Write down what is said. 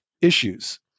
issues